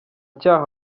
cyaha